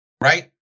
right